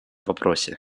вопросе